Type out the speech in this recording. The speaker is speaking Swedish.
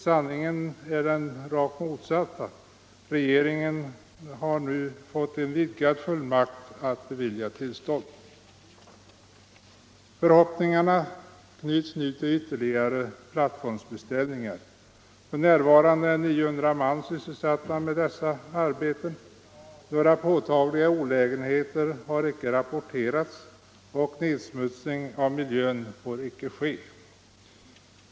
Sanningen är raka motsatsen. Regeringen får nu en vidgad fullmakt att bevilja tillstånd. Förhoppningarna knyts nu till ytterligare plattformsbeställningar. F. n. är 900 man sysselsatta med dessa arbeten. Några påtagliga olägenheter har icke rapporterats, och nedsmutsning av miljön får icke ske.